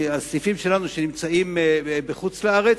הסניפים שלנו שנמצאים בחוץ-לארץ,